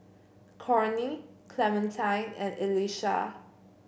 Cornie Clementine and Elisha